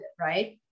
right